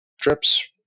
strips